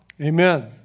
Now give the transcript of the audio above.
amen